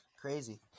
Crazy